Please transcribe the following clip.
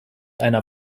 einer